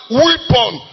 weapon